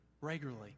regularly